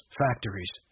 factories